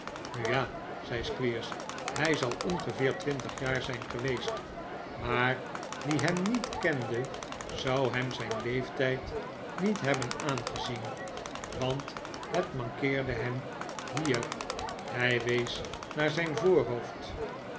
nu ja zei squeers hij zal ongeveer twintig jaar zijn geweest maar wie hem niet kende zou hem zijn leeftijd niet hebben aangezien want het mankeerde hem hier hij wees naar zijn voorhoofd